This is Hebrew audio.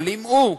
אבל אם הוא,